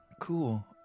Cool